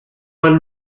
man